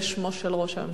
בשמו של ראש הממשלה,